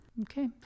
Okay